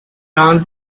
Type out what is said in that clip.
round